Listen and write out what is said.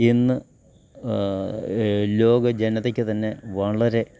ഇന്ന് ലോക ജനതയ്ക്കു തന്നെ വളരെ